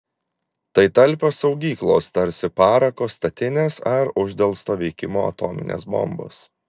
tai talpios saugyklos tarsi parako statinės ar uždelsto veikimo atominės bombos